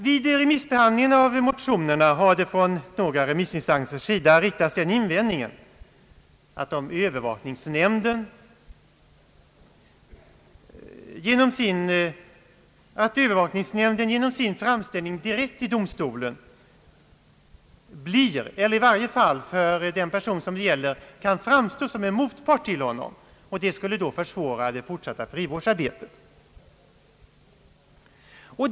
Vid remissbehandlingen av motionerna har från några remissinstansers sida riktats den invändningen att övervakningsnämnden genom sin framställning direkt till domstolen blir eller i varje fall för den person som det gäller kan framstå såsom en motpart till honom. Det skulle då försvåra det fortsatta frivårdsarbetet.